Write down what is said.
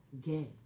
gay